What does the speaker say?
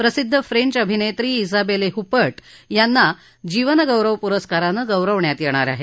प्रसिद्ध फ्रेंच अभिनेत्री आबेले हुप्पर्ट यांना जीवनगौरव पुरस्कारानं गौरवण्यात येणार आहे